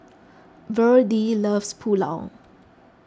Virdie loves Pulao